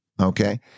okay